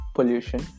Pollution